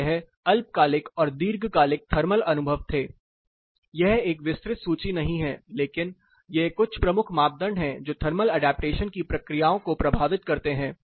तो यह अल्पकालिक और दीर्घकालिक थर्मल अनुभव थे यह एक विस्तृत सूची नहीं है लेकिन ये कुछ प्रमुख मापदंड हैं जो थर्मल ऐडप्टेशन की प्रक्रियाओं को प्रभावित करते हैं